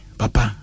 papa